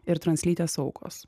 ir translytės aukos